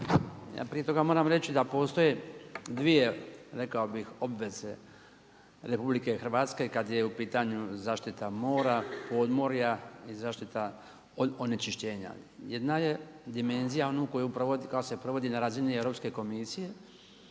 Ja prije toga moram reći da postoje dvije rekao bih obveze RH kada je u pitanju zaštita mora, podmorja i zaštita od onečišćenja. Jedna je dimenzija koja se provodi na razini Europske komisije,